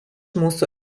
mūsų